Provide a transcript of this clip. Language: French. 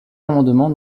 amendement